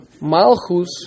Malchus